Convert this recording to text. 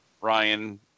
Ryan